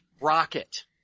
rocket